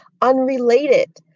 unrelated